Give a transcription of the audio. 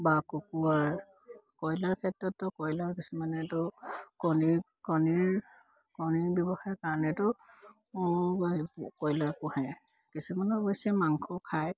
বা কুকুৰাৰ কয়লাৰ ক্ষেত্ৰতো কয়লাৰ কিছুমানেতো কণীৰ কণীৰ কণীৰ ব্যৱসায়ৰ কাৰণেতো কয়লাৰ পোহে কিছুমানে অৱশ্যে মাংসও খায়